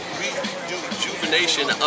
rejuvenation